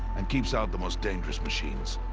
and keeps out the most dangerous machines.